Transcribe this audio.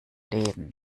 leben